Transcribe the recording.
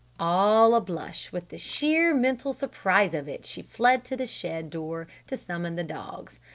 all a-blush with the sheer mental surprise of it she fled to the shed door to summon the dogs.